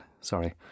Sorry